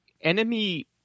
enemy